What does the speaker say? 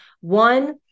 one